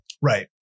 Right